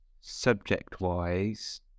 subject-wise